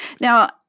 Now